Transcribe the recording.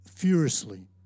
Furiously